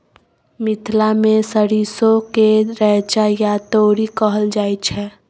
मिथिला मे सरिसो केँ रैचा या तोरी कहल जाइ छै